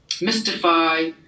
mystify